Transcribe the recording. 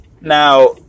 Now